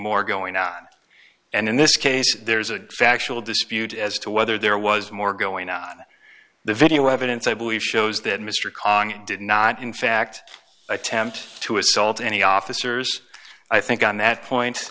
more going on and in this case there's a factual dispute as to whether there was more going on the video evidence i believe shows that mr condit did not in fact attempt to assault any officers i think on that point